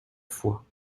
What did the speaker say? foi